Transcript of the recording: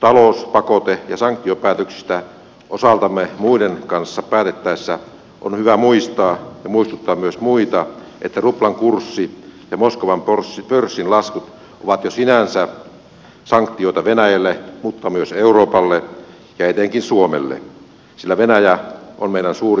talouspakote ja sanktiopäätöksistä osaltamme muiden kanssa päätettäessä on hyvä muistaa ja muistuttaa myös muita että ruplan kurssin ja moskovan pörssin laskut ovat jo sinänsä sanktioita venäjälle mutta myös euroopalle ja etenkin suomelle sillä venäjä on meidän suurin kauppakumppanimme